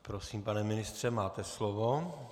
Prosím, pane ministře, máte slovo.